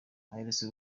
aherutse